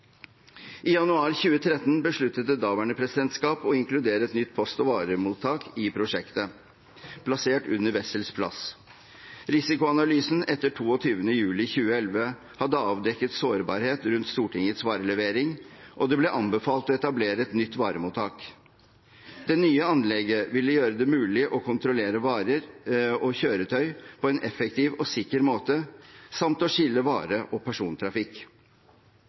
I januar 2013 besluttet det daværende presidentskap å inkludere et nytt post- og varemottak i prosjektet, plassert under Wessels plass. Risikoanalysen etter 22. juli 2011 hadde avdekket sårbarhet rundt Stortingets varelevering, og det ble anbefalt å etablere et nytt varemottak. Det nye anlegget ville gjøre det mulig å kontrollere varer og kjøretøy på en effektiv og sikker måte samt å skille vare- og persontrafikk.